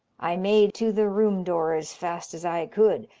i made to the room door as fast as i could,